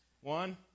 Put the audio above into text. One